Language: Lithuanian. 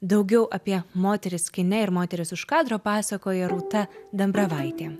daugiau apie moteris kine ir moteris už kadro pasakoja rūta dambravaitė